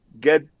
get